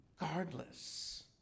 regardless